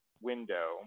window